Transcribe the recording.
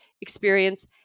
experience